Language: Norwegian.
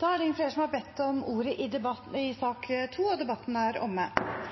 Flere har ikke bedt om ordet til sak nr. 2. Ingen har bedt om ordet. Ingen har bedt om ordet. Etter ønske fra næringskomiteen vil presidenten ordne debatten